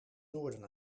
noorden